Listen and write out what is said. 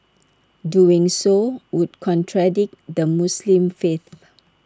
doing so would contradict the Muslim faith